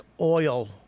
oil